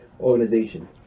organization